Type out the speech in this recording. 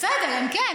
בסדר, הם כן.